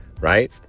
right